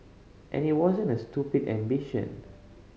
and it wasn't a stupid ambition